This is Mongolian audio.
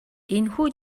энэхүү